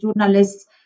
journalists